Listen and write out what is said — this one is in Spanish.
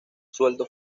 sueldo